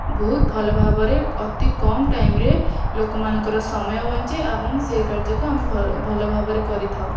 ବହୁତ ଭଲ ଭାବରେ ଅତି କମ୍ ଟାଇମରେ ଲୋକମାନଙ୍କର ସମୟ ବଞ୍ଚେ ଏବଂ ସେଇ କାର୍ଯ୍ୟକୁ ଆମେ ଭଲ ଭଲ ଭାବରେ କରିଥାଉ